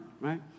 right